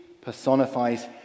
personifies